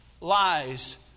lies